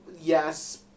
yes